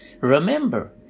remember